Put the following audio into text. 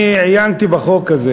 אני עיינתי בחוק הזה